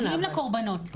מגיעים לקורבנות,